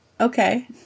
Okay